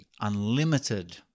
unlimited